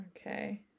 Okay